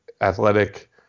athletic